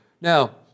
Now